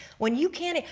when you can,